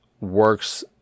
works